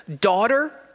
daughter